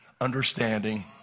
understanding